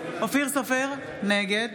סופר, נגד